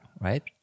Right